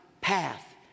path